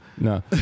No